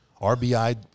RBI